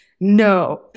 no